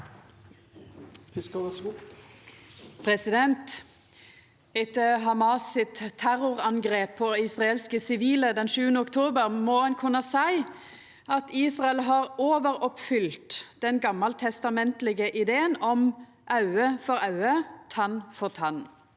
Etter Hamas sitt ter- rorangrep på israelske sivile den 7. oktober må ein kunna seia at Israel har overoppfylt den gamaltestamentlege ideen om auge for auge, tann for tann